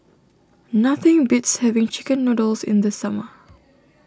nothing beats having Chicken Noodles in the summer